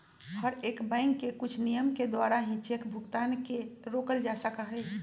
हर एक बैंक के कुछ नियम के द्वारा ही चेक भुगतान के रोकल जा सका हई